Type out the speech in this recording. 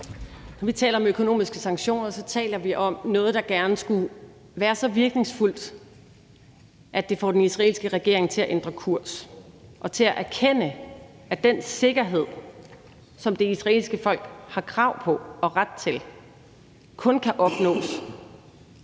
Når vi taler om økonomiske sanktioner, taler vi om noget, der gerne skulle være så virkningsfuldt, at det får den israelske regering til at ændre kurs og erkende, at den sikkerhed, som det israelske folk har krav på og ret til, kun kan opnås